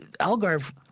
Algarve